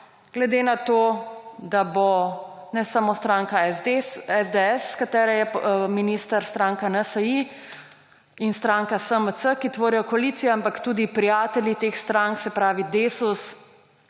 Glede na to, da bo ne samo stranka SDS, iz katere je minister, stranka NSi in stranka SMC, ki tvorijo koalicijo, ampak tudi prijatelji teh strank, se pravi Desus